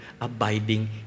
abiding